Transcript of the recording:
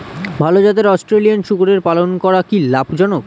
ভাল জাতের অস্ট্রেলিয়ান শূকরের পালন করা কী লাভ জনক?